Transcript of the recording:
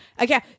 Okay